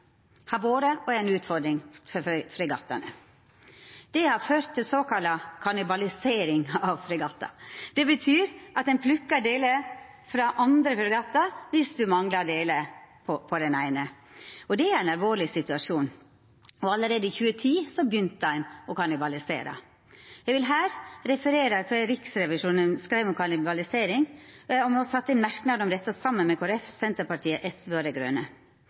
har vore og er ei utfordring for fregattane. Det har ført til såkalla kannibalisering av fregattar. Det betyr at ein plukkar delar frå andre fregattar viss ein manglar delar på den eine. Og det er ein alvorleg situasjon, og allereie i 2010 begynte ein å kannibalisera. Eg vil her referera kva Riksrevisjonen skreiv om kannibalisering, og me har sett inn merknad om dette saman med Kristeleg Folkeparti, Senterpartiet, SV og Dei Grøne.